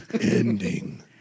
Ending